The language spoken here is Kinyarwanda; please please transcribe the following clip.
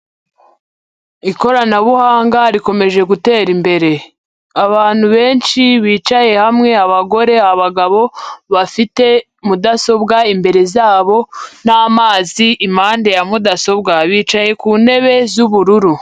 Ikoranabuhanga rikomeje gutera imbere. Abantu benshi bicaye hamwe abagore, abagabo bafite mudasobwa imbere zabo n'amazi impande ya mudasobwa. Bicaye ku ntebe z'ubururu.